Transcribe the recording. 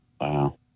Wow